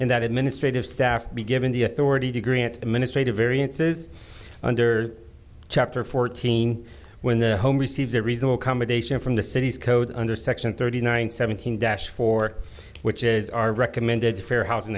and that administrative staff be given the authority to grant administrative variances under chapter fourteen when the home receives a reasonable accommodation from the city's code under section thirty nine seventeen dash four which is our recommended fair housing